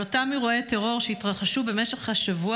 על אותם אירועי טרור שהתרחשו במשך השבוע